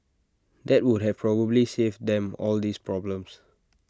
that would have probably saved them all these problems